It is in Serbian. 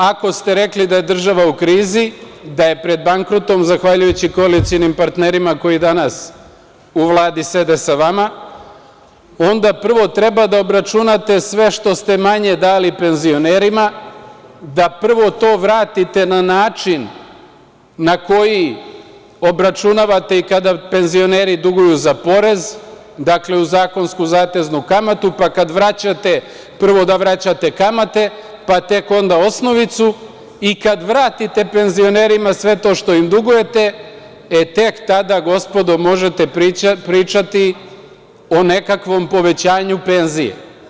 Ako ste rekli da je država u krizi, da je pred bankrotom, zahvaljujući koalicionim partnerima koji danas u Vladi sede sa vama, onda prvo treba da obračunate sve što ste manje dali penzionerima, da prvo to vratite na način na koji obračunavate i kada penzioneri duguju za porez, dakle u zakonsku zateznu kamatu, pa kad vraćate, prvo da vraćate kamate, pa tek onda osnovicu i kad vratite penzionerima sve to što im dugujete, e tek tada, gospodo, možete pričati o nekakvom povećanju penzije.